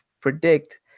predict